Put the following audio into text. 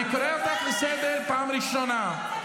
אני קורא אותך לסדר פעם ראשונה.